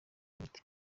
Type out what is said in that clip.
hagati